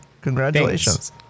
Congratulations